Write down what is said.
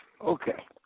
Okay